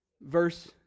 Verse